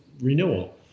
renewal